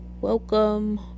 welcome